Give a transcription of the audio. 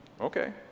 Okay